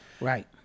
Right